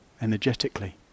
energetically